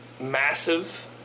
Massive